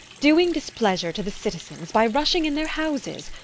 doing displeasure to the citizens by rushing in their houses,